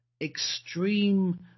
extreme